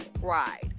cried